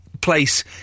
place